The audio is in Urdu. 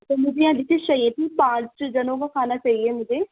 تو مجھے یہاں ڈشیز چاہیے تھیں پانچ چھ جنوں کا کھانا چاہیے مجھے